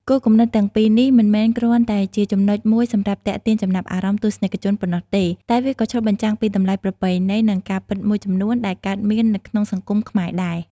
គោលគំនិតទាំងពីរនេះ មិនមែនគ្រាន់តែជាចំណុចមួយសម្រាប់ទាក់ទាញចំណាប់អារម្មណ៍ទស្សនិកជនប៉ុណ្ណោះទេ តែវាក៏ឆ្លុះបញ្ចាំងពីតម្លៃប្រពៃណី និងការពិតមួយចំនួនដែលកើតមាននៅក្នុងសង្គមខ្មែរដែរ។